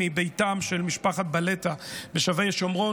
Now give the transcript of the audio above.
מביתם של משפחת בלטה בשבי שומרון,